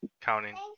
Counting